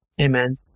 Amen